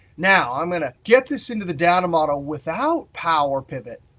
now i'm going to get this into the data model without powerpivot.